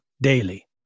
daily